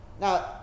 Now